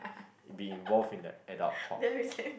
be involved in that adult talk